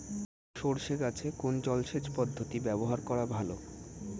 সরষে গাছে কোন জলসেচ পদ্ধতি ব্যবহার করা ভালো?